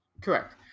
Correct